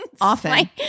Often